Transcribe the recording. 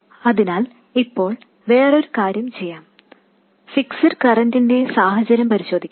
അതിനാൽ ഇപ്പോൾ വേറൊരു കാര്യം ചെയ്യാം ഫിക്സ്ഡ് കറൻറിന്റെ സാഹചര്യം പരിശോധിക്കാം